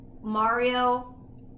Mario